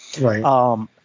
Right